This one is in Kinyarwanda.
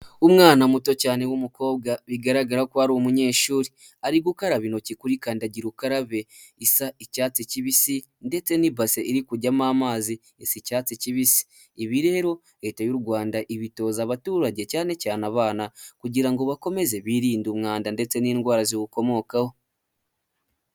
Umwana muto cyane w'umukobwa bigaragara ko ari umunyeshuri ,ari gukaraba intoki kurikandagira ukarabe isa icyatsi kibisi ndetse n'ibase iri kujyamo amazi isa icyatsi kibisi ibi rero leta y'u Rwanda ibitoza abaturage cyane cyane abana kugira ngo bakomeze birinde umwanda ndetse n'indwara ziwukomokaho.